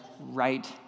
right